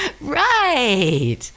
Right